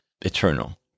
eternal